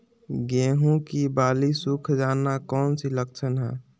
गेंहू की बाली सुख जाना कौन सी लक्षण है?